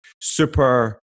super